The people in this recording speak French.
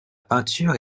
peinture